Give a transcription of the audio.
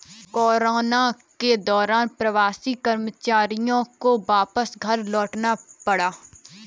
corona के दौरान प्रवासी कर्मचारियों को वापस घर लौटना पड़ा